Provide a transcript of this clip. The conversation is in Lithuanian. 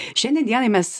šiandien dienai mes